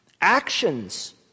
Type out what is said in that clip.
Actions